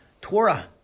Torah